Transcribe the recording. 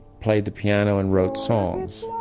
played the piano and wrote songs.